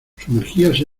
sumergíase